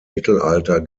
mittelalter